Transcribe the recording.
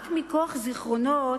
רק מכוח זיכרונות,